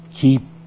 keep